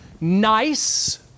nice